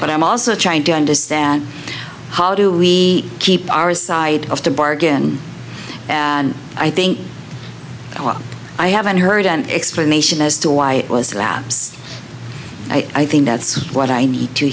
but i'm also trying to understand how do we keep our side of the bargain and i think i haven't heard an explanation as to why it was a lapse i think that's what i need to